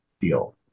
feel